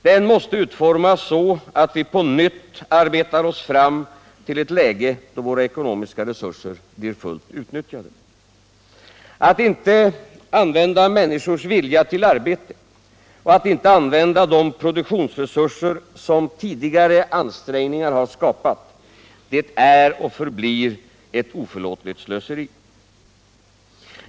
Den måste utformas så att vi på nytt arbetar oss fram till ett läge då våra ekonomiska resurser blir fullt utnyttjade. Att inte utnyttja människors vilja till arbete och att inte använda de produktionsresurser som tidigare ansträngningar har skapat är och förblir ett oförlåtligt slöseri.